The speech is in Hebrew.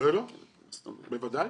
בוודאי.